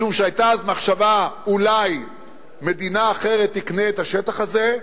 משום שהיתה אז מחשבה שאולי מדינה אחרת תקנה את השטח הזה.